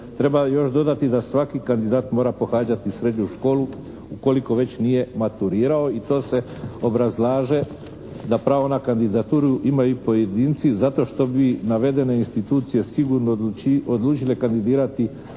Treba još dodati da svaki kandidat mora pohađati srednju školu ukoliko već nije maturirao i to se obrazlaže da pravo na kandidaturu imaju pojedinci zato što bi navedene institucije odlučile kandidirati